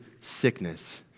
sickness